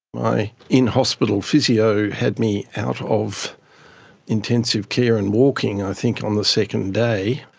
my in-hospital physio had me out of intensive care and walking i think on the second day,